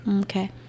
Okay